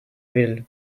middle